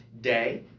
day